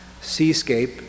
Seascape